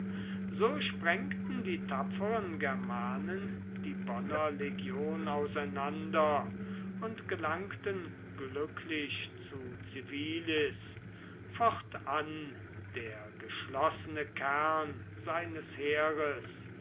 so sprengten die tapferen germanen die bonner legion auseinander und gelangten glücklich zu civilis fortan der geschlossene kern seines heeres